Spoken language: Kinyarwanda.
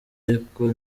ariko